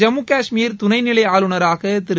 ஜம்மு காஷ்மீர் துணைநிலை ஆளுநராக திரு